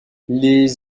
les